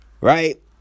Right